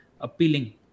appealing